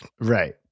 Right